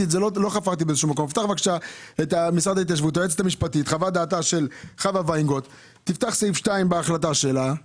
הדעת של היועצת המשפטית חווה וינגרוט מהמשרד